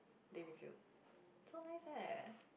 they revealed so nice eh